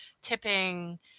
tipping